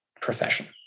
profession